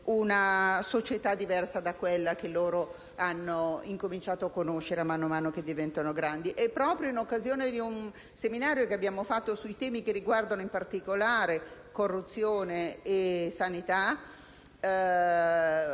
una società diversa da quella che loro incominciano a conoscere man mano che diventano grandi. Proprio in occasione di un seminario che abbiamo fatto su temi che riguardano in particolare corruzione e sanità,